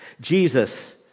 Jesus